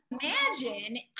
Imagine